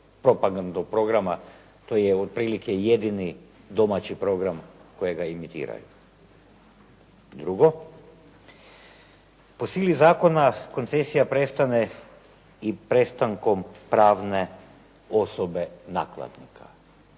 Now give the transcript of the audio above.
propagandnog programa, to je otprilike jedini domaći program kojega emitiraju. Drugo, po sili zakona koncesija prestane i prestankom pravne osobe nakladnika.